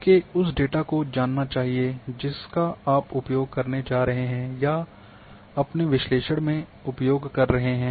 आपको उस डेटा को जानना चाहिए जिसका आप उपयोग करने जा रहा है या अपने विश्लेषण में उपयोग कर रहे हैं